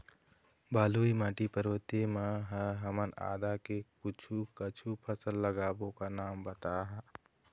बलुई माटी पर्वतीय म ह हमन आदा के कुछू कछु फसल लगाबो ओकर नाम बताहा?